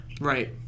Right